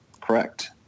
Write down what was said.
correct